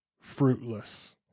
fruitless